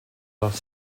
last